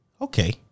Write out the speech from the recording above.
okay